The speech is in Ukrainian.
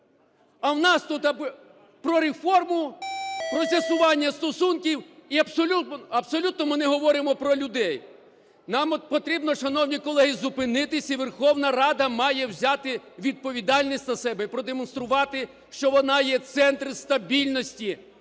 А в нас тут про реформу, про з'ясування стосунків і абсолютно ми не говоримо про людей. Нам потрібно, шановні колеги, зупинитися. І Верховна Рада має взяти відповідальність на себе і продемонструвати, що вона є центр стабільності